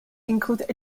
include